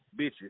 bitches